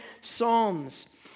psalms